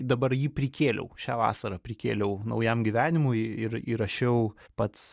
dabar jį prikėliau šią vasarą prikėliau naujam gyvenimui ir įrašiau pats